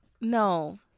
no